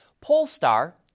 Polestar